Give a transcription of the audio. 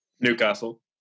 Newcastle